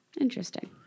Interesting